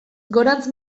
gorantz